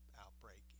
outbreak